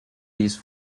these